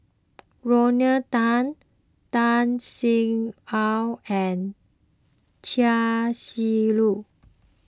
Rodney Tan Tan Sin Aun and Chia Shi Lu